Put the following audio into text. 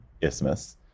isthmus